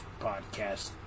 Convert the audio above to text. podcast